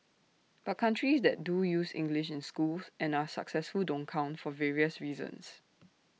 but countries that do use English in schools and are successful don't count for various reasons